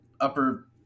upper